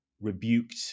rebuked